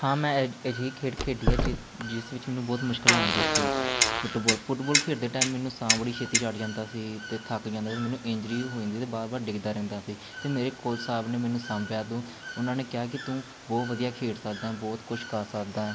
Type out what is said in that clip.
ਹਾਂ ਮੈਂ ਅਜਿਹੀ ਖੇਡ ਖੇਡੀ ਹੈ ਜਿ ਜਿਸ ਵਿੱਚ ਮੈਨੂੰ ਬਹੁਤ ਮੁਸ਼ਕਿਲ ਆਉਂਦੀ ਸੀ ਫੁੱਟਬੋਲ ਫੁੱਟਬੋਲ ਖੇਡਦੇ ਟਾਈਮ ਮੈਨੂੰ ਸਾਹ ਬੜੀ ਛੇਤੀ ਚੜ੍ਹ ਜਾਂਦਾ ਸੀ ਅਤੇ ਥੱਕ ਜਾਂਦਾ ਮੈਨੂੰ ਇੰਜਰੀ ਹੋ ਜਾਂਦੀ ਅਤੇ ਵਾਰ ਵਾਰ ਡਿੱਗਦਾ ਰਹਿੰਦਾ ਸੀ ਅਤੇ ਮੇਰੇ ਕੋਚ ਸਾਹਿਬ ਨੇ ਮੈਨੂੰ ਸਾਂਭਿਆ ਉਦੋਂ ਉਹਨਾਂ ਨੇ ਕਿਹਾ ਕਿ ਤੂੰ ਬਹੁਤ ਵਧੀਆ ਖੇਡ ਸਕਦਾ ਬਹੁਤ ਕੁਛ ਕਰ ਸਕਦਾ